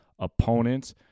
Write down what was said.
opponents